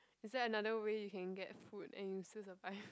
is there another way you can get food and you still survive